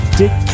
dick